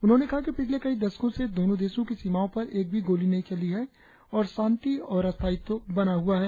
उन्होंने कहा कि पिछले कई दशकों से दोनों देशों की सीमाओं पर एक भी गोली नहीं चली है और शांति और स्थायित्व बना हुआ है